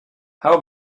how